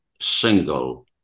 single